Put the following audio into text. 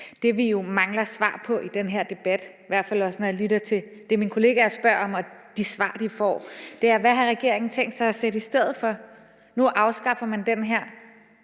Det, vi jo mangler svar på i den her debat, i hvert fald også når jeg lytter til det, mine kolleger spørger om, og de svar, de får, er, hvad regeringen har tænkt sig at sætte i stedet for. Nu afskaffer man det her